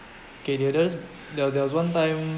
okay there there was there there was one time